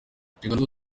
inshingano